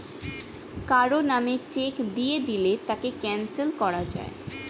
কারো নামে চেক দিয়ে দিলে তাকে ক্যানসেল করা যায়